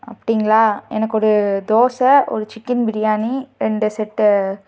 அப்படிங்களா எனக்கு ஒரு தோசை ஒரு சிக்கன் பிரியாணி ரெண்டு செட்டு